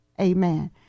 Amen